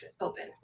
open